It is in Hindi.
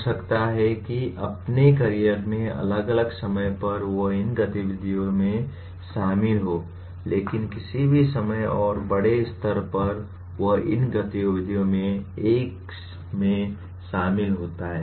हो सकता है कि अपने करियर में अलग अलग समय पर वह इन गतिविधियों में शामिल हो लेकिन किसी भी समय और बड़े स्तर पर वह इन गतिविधियों में से एक में शामिल होता है